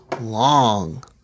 long